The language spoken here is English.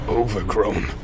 overgrown